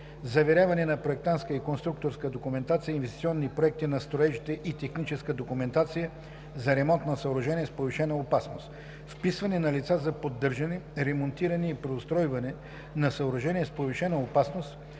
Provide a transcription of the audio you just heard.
Заверяване на проектантска и конструкторска документация, инвестиционни проекти на строежите и техническа документация за ремонт на съоръжения с повишена опасност; - Вписване на лица за поддържане, ремонтиране и преустройване на съоръжения с повишена опасност